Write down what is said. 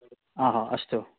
हो हो अस्तु